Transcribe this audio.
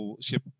ship